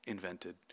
Invented